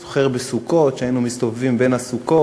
אני זוכר בסוכות, כשהיינו מסתובבים בין הסוכות.